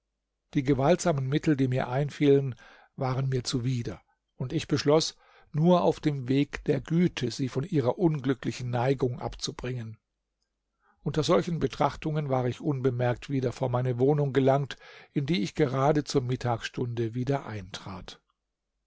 die gewaltsamen mittel die mir einfielen waren mir zuwider und ich beschloß nur auf dem weg der güte sie von ihrer unglücklichen neigung abzubringen unter solchen betrachtungen war ich unbemerkt wieder vor meine wohnung gelangt in die ich gerade zur mittagsstunde wieder eintrat